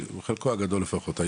חלקו הגדול לפחות,